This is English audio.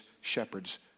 shepherds